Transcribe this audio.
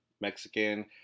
Mexican